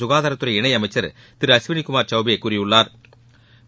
சுகாதாரத்துறை இணையமைச்சா் திரு அஸ்வினி குமாா் சௌபே கூறியுள்ளாா்